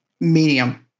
Medium